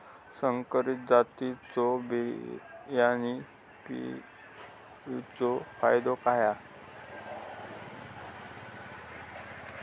संकरित जातींच्यो बियाणी पेरूचो फायदो काय?